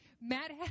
Matt